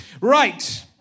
right